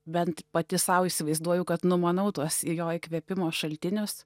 bent pati sau įsivaizduoju kad numanau tuos jo įkvėpimo šaltinius